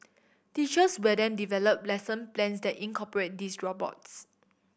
teachers will then develop lesson plans that incorporate these robots